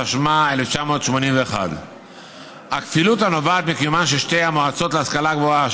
התשמ"א 1981. הכפילות הנובעת מקיומן של שתי המועצות להשכלה גבוהה,